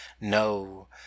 no